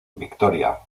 victoria